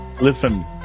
Listen